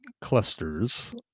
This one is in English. clusters